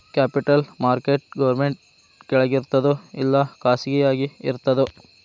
Capital market government ಕೆಳಗಿರ್ತದೋ ಇಲ್ಲಾ ಖಾಸಗಿಯಾಗಿ ಇರ್ತದೋ?